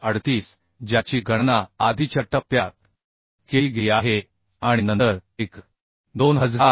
2338 ज्याची गणना आधीच्या टप्प्यात केली गेली आहे आणि नंतर 1